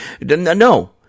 No